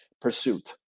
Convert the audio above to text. pursuit